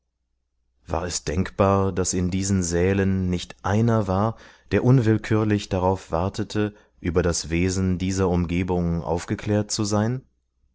war es denkbar daß in diesen sälen nicht einer war der unwillkürlich darauf wartete über das wesen dieser umgebung aufgeklärt zu sein